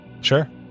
sure